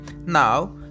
Now